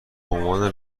عنوان